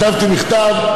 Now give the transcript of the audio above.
כתבתי מכתב.